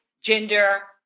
gender